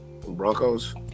Broncos